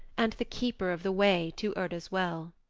and the keeper of the way to urda's well.